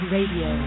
Radio